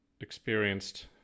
experienced